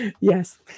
yes